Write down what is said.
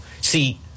see